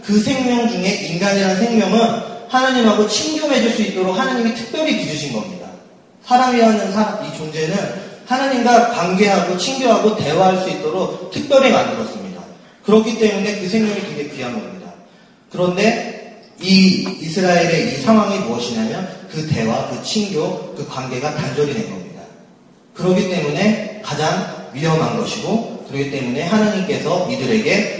그 생명 중에 인간이라는 생명은 하나님하고 친교 맺을 수 있도록 하나님이 특별히 빚으신 겁니다. 사람이라는 사람, 이 존재는 하나님과 관계하고 친교하고 대화할 수 있도록 특별히 만들었습니다. 그렇기 때문에 그 생명이 되게 귀한 겁니다. 그런데 이 이스라엘의 이 상황이 무엇이냐면 그 대화, 그 친교, 그 관계가 단절이 된 겁니다. 그렇기 때문에 가장 위험한 것이고, 그렇기 때문에 하나님께서 이들에게